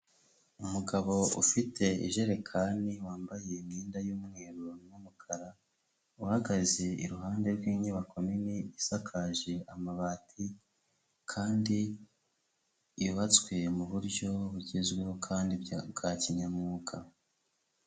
Umugabo ufite ijerekani wambaye imyenda y'umweru n'umukara, uhagaze iruhande rw'inyubako nini isakaje amabati kandi yubatswe mu buryo bugezweho kandi bwa kinyamwuga.